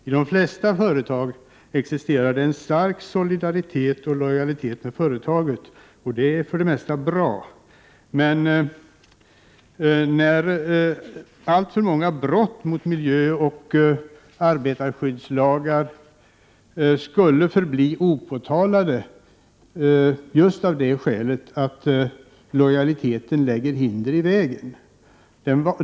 I de flesta företag existerar det en stark solidaritet och lojalitet med företaget, och det är för det mesta bra, men alltför många brott mot miljöoch arbetarskyddslagar förblir opåtalade just av det skälet att lojaliteten lägger hinder i vägen.